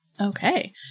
Okay